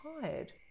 tired